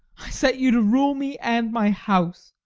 i set you to rule me and my house.